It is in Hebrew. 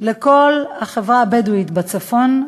לכל החברה הבדואית בצפון,